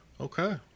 okay